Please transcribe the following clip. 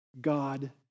God